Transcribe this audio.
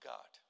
God